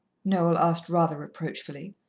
noel asked rather reproachfully.